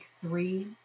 three